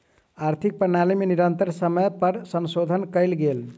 आर्थिक प्रणाली में निरंतर समय पर संशोधन कयल गेल